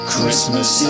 Christmas